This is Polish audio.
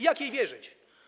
Jak jej wierzyć?